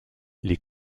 les